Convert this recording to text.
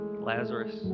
Lazarus